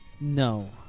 No